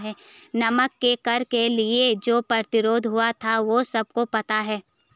नमक के कर के लिए जो प्रतिरोध हुआ था वो सबको पता है